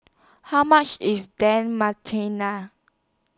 How much IS Dan